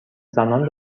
زنان